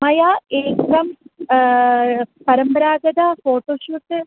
मया एकं परम्परागतं फ़ोटोशूट्